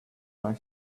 than